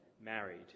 married